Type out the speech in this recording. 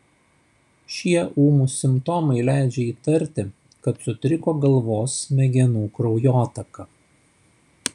šie ūmūs simptomai leidžia įtarti kad sutriko galvos smegenų kraujotaka